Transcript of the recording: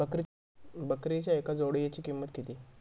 बकरीच्या एका जोडयेची किंमत किती?